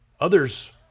others